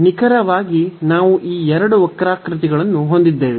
ನಿಖರವಾಗಿ ನಾವು ಈ ಎರಡು ವಕ್ರಾಕೃತಿಗಳನ್ನು ಹೊಂದಿದ್ದೇವೆ